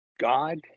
God